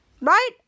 right